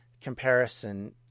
comparison